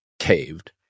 Caved